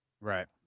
Right